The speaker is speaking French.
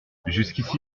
jusqu’ici